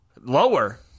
lower